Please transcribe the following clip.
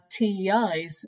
TEIs